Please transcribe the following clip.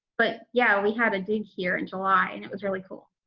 but yeah, we had a dig here in july and it was really cool.